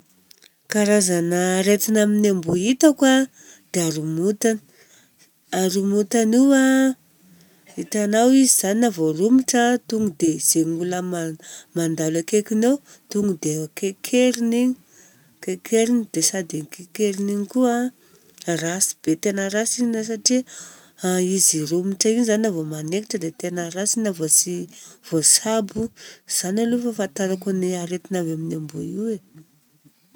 Karazan'aretina amin'ny amboa hitako an, dia aromotana. Aromotana io an, hitanao izy zany na vô romotra an, tonga dia zegny olona man-mandalo akekiny eo, tonga dia kekeriny igny, kekeriny dia sady kekeriny igny koa an. Ratsy be tena ratsy igny satria, izy romotra igny zany na vao magneketra dia tena ratsy igny na vô tsy voatsabo. Izany aloha ny fahafantarako ny aretina avy amin'ny amboa io e.